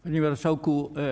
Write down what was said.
Panie Marszałku!